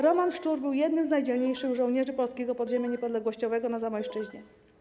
Roman Szczur był jednym z najdzielniejszych żołnierzy polskiego podziemia niepodległościowego na Zamojszczyźnie.